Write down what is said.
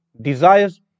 desires